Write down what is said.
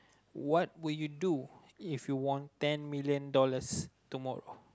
what will you do if you won ten million dollars tomorrow